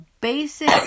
basic